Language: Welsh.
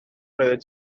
roeddet